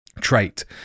trait